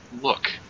look